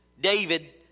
David